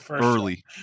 Early